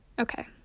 Okay